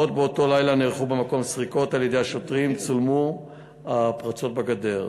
עוד באותו הלילה נערכו במקום סריקות על-ידי השוטרים וצולמו הפרצות בגדר.